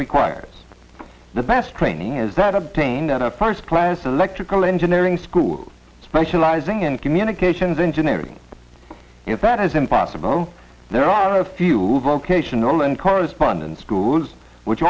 requires the best training is that obtained on a first class electrical engineering school specializing in communications engineering if that is impossible there are a few vocational and correspondence schools which